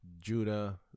Judah